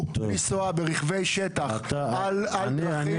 לנסוע ברכבי שטח על דרכים ועל שבילים.